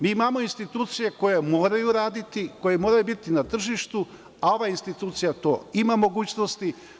Mi imamo institucije koje moraju raditi, koje moraju biti na tržištu, a ova institucija to ima mogućnosti.